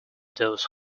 those